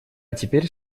теперь